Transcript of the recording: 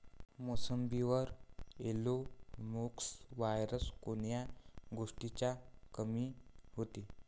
मोसंबीवर yellow mosaic virus कोन्या गोष्टीच्या कमीनं होते?